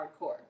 hardcore